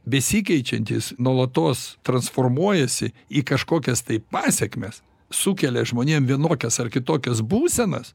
besikeičiantys nuolatos transformuojasi į kažkokias tai pasekmes sukelia žmonėm vienokias ar kitokias būsenas